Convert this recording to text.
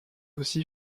aussi